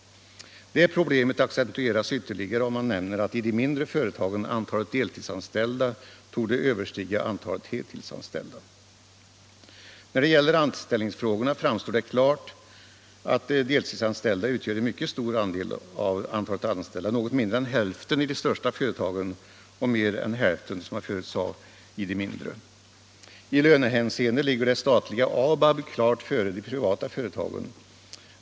Det problemet accentueras ytterligare om man nämner att i de mindre företagen antalet deltidsanställda torde överstiga antalet heltidsanställda. När det gäller anställningsfrågorna framstår det som klart att de deltidsanställda utgör en mycket stor del av antalet anställda — något mindre än hälften i de största företagen och, som jag nyss sade, mer än hälften i de mindre. I lönehänseende ligger det statliga ABAB klart före de privata företagen.